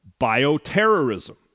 bioterrorism